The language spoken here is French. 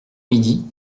midi